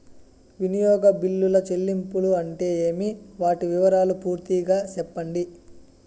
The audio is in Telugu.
వినియోగ బిల్లుల చెల్లింపులు అంటే ఏమి? వాటి వివరాలు పూర్తిగా సెప్పండి?